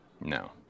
no